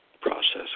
process